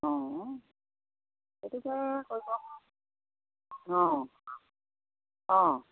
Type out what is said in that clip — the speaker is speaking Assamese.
অঁ সেইটোকে এতিয়া কৰিব অঁ অঁ